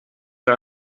der